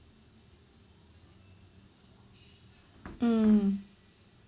mm